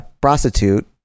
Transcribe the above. prostitute